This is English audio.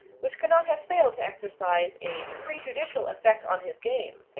which cannot have failed to exercise a prejudicial effect on his game.